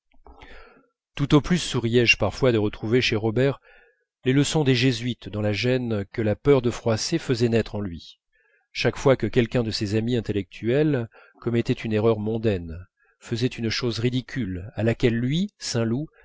tout au plus souriais je parfois de retrouver chez robert les leçons des jésuites dans la gêne que la peur de froisser faisait naître chez lui chaque fois que quelqu'un de ses amis intellectuels commettait une erreur mondaine faisait une chose ridicule à laquelle lui saint loup